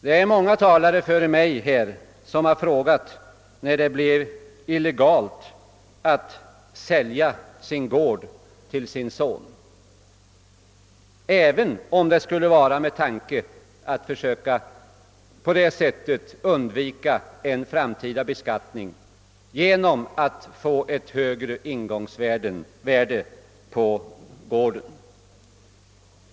Det är många talare före mig som har frågat när det blev illegalt att sälja sin gård till sin son, även om det skulle ske med tanke på att på så sätt undvika en framtida beskattning genom att få ett högre ingångsvärde på gården.